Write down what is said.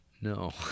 No